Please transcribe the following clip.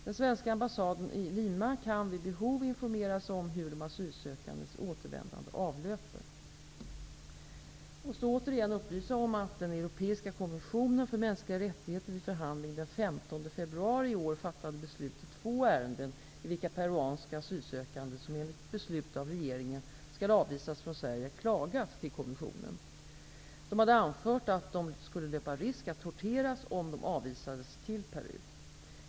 Den svenska ambassaden i Lima kan vid behov informera sig om hur de asylsökandes återvändande avlöper. Jag måste återigen upplysa om att den europeiska kommissionen för mänskliga rättigheter vid förhandling den 15 februari i år fattade beslut i två ärenden i vilka peruanska asylsökande som enligt beslut av regeringen skall avvisas från Sverige klagat till kommissionen. De hade anfört att de skulle löpa risk att torteras om de avvisades till Peru.